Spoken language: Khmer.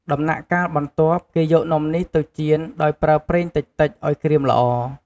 ដំណាក់កាលបន្ទាប់ គេយកនំនេះទៅចៀនដោយប្រើប្រេងតិចៗឱ្យក្រៀមល្អ។